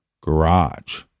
garage